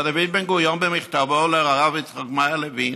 דוד בן-גוריון, במכתבו לרב יצחק מאיר לוין,